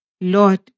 Lord